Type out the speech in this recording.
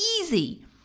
easy